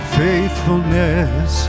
faithfulness